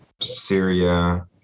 Syria